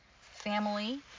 family